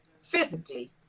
physically